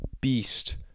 beast